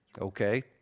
Okay